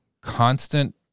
constant